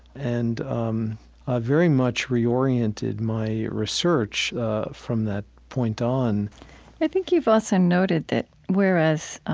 and um ah very much reoriented my research from that point on i think you've also noted that whereas